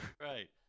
Right